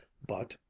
but,